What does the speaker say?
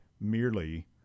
merely